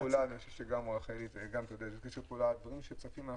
הדברים שצפים,